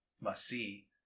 must-see